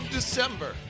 December